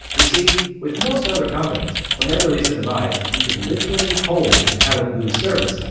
you see, with most other companies when they release a device that you could literally hold and have it lose service,